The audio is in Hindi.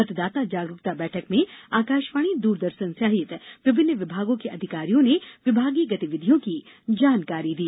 मतदाता जागरूकता बैठक में आकाशवाणी दूरदर्शन सहित विभिन्न विभागों के अधिकारियों ने विभागीय गतिविधियों की जानकारी दी